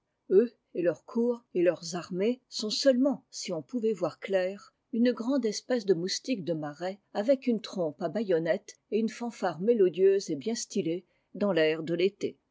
baïonnettes et une espèce de moustiques de marais avec une trompe à baïonnettes et une fanfare mélodieuse et bien stylée dans l'air de l'été